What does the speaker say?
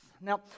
Now